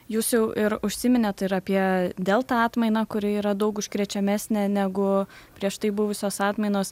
jūs jau ir užsiminėt ir apie delta atmainą kuri yra daug užkrečiamesnė negu prieš tai buvusios atmainos